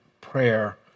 prayer